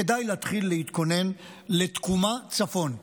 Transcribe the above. כדאי להתחיל להתכונן לתקומת הצפון.